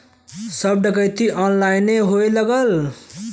सब डकैती ऑनलाइने होए लगल